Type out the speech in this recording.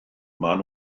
maen